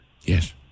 Yes